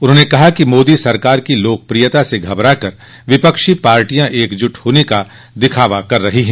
उन्होंने कहा कि मोदी सरकार की लोकप्रियता से घबरा कर विपक्षी पार्टियां एकजुट होने का दिखावा कर रही है